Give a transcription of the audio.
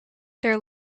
their